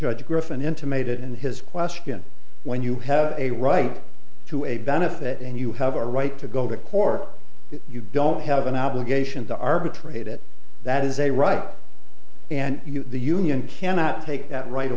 judge griffin intimated in his question when you have a right to a benefit and you have a right to go to court you don't have an obligation to arbitrate it that is a right and the union cannot take that right